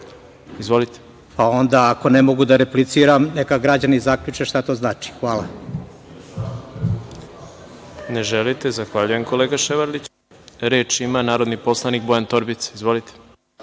Pa, onda ako ne mogu da repliciram, neka građani zaključe šta to znači. Hvala. **Đorđe Milićević** Ne želite, zahvaljujem kolega Ševarliću. Reč ima narodni poslanik Bojan Torbica. Izvolite.